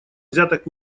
взяток